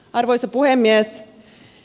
arvoisa puhemies